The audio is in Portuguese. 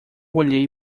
olhei